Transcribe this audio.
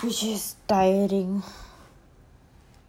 which is tiring